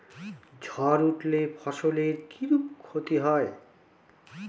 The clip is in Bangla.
ঝড় উঠলে ফসলের কিরূপ ক্ষতি হয়?